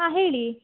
ಹಾಂ ಹೇಳಿ